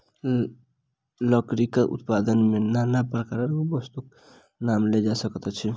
लकड़ीक उत्पाद मे नाना प्रकारक वस्तुक नाम लेल जा सकैत अछि